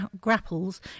grapples